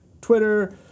Twitter